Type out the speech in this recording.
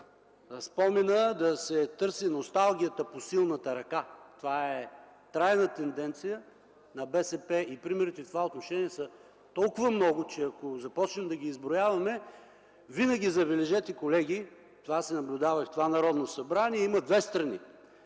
споменът, да се търси носталгията по силната ръка. Това е трайна тенденция на БСП и примерите в това отношение са толкова много, че ако започнем да ги изброяваме, винаги, забележете, колеги, това се наблюдава и в това Народно събрание, има две страни.